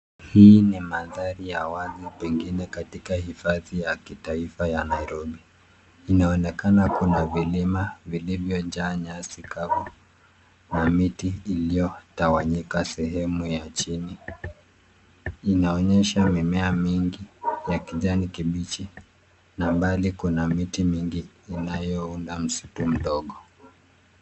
Hii ni mandhari ya wazi pengine katika hifadhi ya kitaifa ya Nairobi. Inaonekana kuna vilima vilivyojaa nyasi kavu na miti iliyotawanyika sehemu ya chini. Inaonyesha mimea mingi ya kijani kibichi na mbali kuna miti mingi inayounda msitu mdogo.